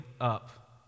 up